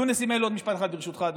משפט אחרון.